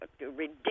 ridiculous